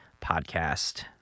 podcast